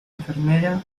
enfermera